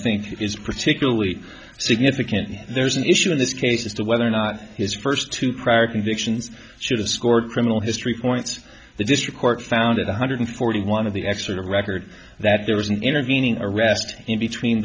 think is particularly significant there's an issue in this case as to whether or not his first two prior convictions should have scored criminal history points the district court found at one hundred forty one of the expert of record that there was an intervening arrest in between